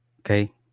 Okay